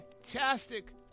fantastic